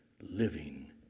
living